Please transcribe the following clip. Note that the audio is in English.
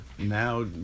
Now